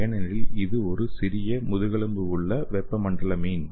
ஏனெனில் இது ஒரு சிறிய முதுகெலும்பு உள்ள வெப்பமண்டல மீன்